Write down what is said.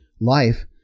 life